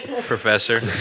Professor